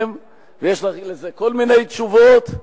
יש על זה כל מיני תשובות,